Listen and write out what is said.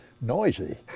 noisy